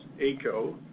ACO